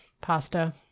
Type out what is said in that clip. pasta